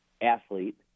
athlete